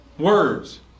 Words